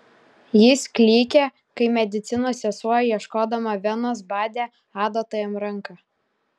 jis klykė kai medicinos sesuo ieškodama venos badė adata jam ranką